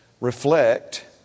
reflect